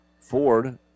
Ford